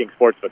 sportsbook